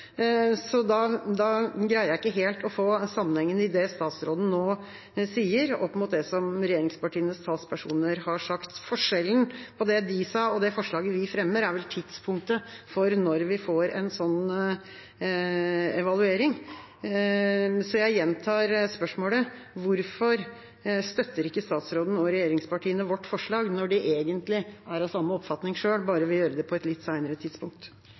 Så jeg gjentar spørsmålet: Hvorfor støtter ikke statsråden og regjeringspartiene vårt forslag når de egentlig er av samme oppfatning selv, men bare vil gjøre det på et litt senere tidspunkt?